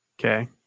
Okay